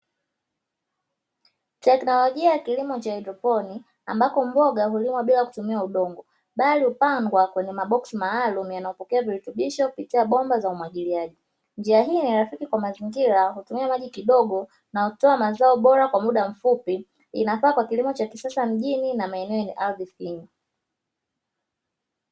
Teknolojia ya kilimo cha haydroponi, ambapo mboga hulimwa bila kutumia udongo, bali hupandwa kwenye maboksi maalumu yanayopokea vilitubisho kupitia bomba za umwagiliji, njia hii ni rafiki kwa mazingira hutumia maji kidogo na hutoa mazao bora kwa muda mfupi ,inafaa kwa kilimo cha kisasa cha mjini na maeneo yenye ardhi finyu.